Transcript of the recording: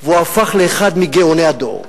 והוא הפך לאחד מגאוני הדור בגרמניה,